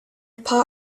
paar